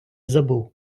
забув